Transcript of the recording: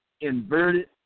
inverted